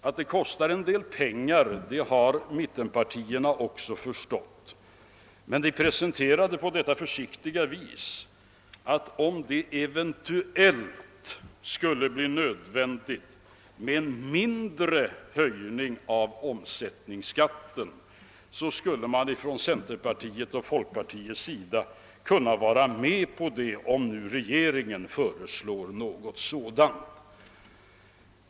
Att det kostar en del pengar har mittenpartierna också förstått, men de presenterar det mycket försiktigt genom att säga att om det eventuellt skulle bli nödvändigt med en mindre höjning av omsättningsskatten skulle centerpartiet och folkpartiet kunna vara med på det, om nu regeringen föreslår något sådant.